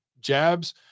jabs